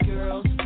Girls